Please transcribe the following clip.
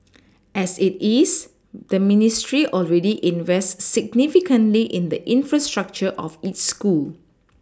as it is the ministry already invests significantly in the infrastructure of each school